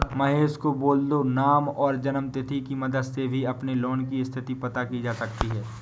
महेश को बोल दो नाम और जन्म तिथि की मदद से भी अपने लोन की स्थति पता की जा सकती है